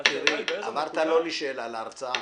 ומי שזיהה את הרגע הזה הם לא הרגולטורים,